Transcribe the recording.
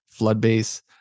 Floodbase